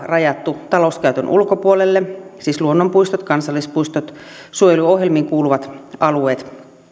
rajattu talouskäytön ulkopuolelle siis luonnonpuistot kansallispuistot suojeluohjelmiin kuuluvat alueet